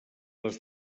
les